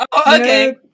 Okay